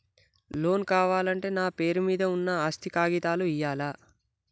Loan కావాలంటే నా పేరు మీద ఉన్న ఆస్తి కాగితాలు ఇయ్యాలా?